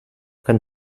kann